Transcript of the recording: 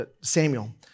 Samuel